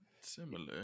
Similar